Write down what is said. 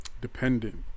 dependent